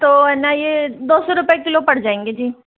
है न यह दो सौ रुपये किलो पड़ जायेंगे जी